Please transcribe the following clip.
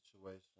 situation